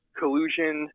collusion